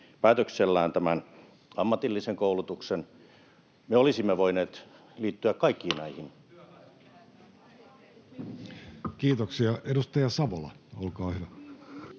päätöksellään tämän ammatillisen koulutuksen. Me olisimme voineet liittyä kaikkiin näihin. [Juho Eerola: Työväestön